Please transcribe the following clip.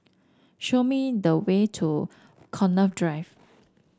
show me the way to Connaught Drive